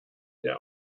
der